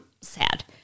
sad